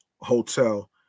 Hotel